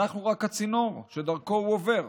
אנחנו רק הצינור שדרכו הוא עובר.